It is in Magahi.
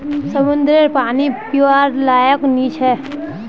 समंद्ररेर पानी पीवार लयाक नी छे